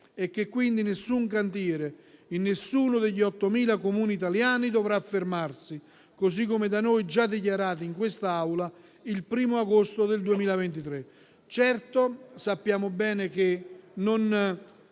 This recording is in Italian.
e che quindi nessun cantiere, in nessuno degli 8.000 Comuni italiani, dovrà fermarsi, così come da noi già dichiarato in quest'Aula il 1° agosto 2023. Certo, sappiamo bene che non